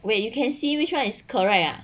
wait you can see which one is correct ah